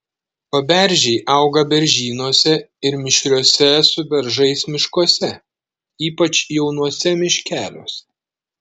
paberžiai auga beržynuose ir mišriuose su beržais miškuose ypač jaunuose miškeliuose